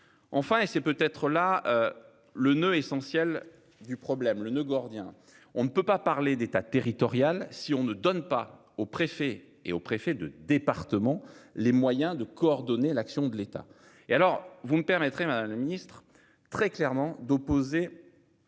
Enfin et c'est peut-être là. Le noeud essentiel du problème, le noeud gordien. On ne peut pas parler d'état territoriale. Si on ne donne pas aux préfets et aux préfets de département les moyens de coordonner l'action de l'État. Et alors, vous me permettrez Madame le Ministre très clairement d'opposer.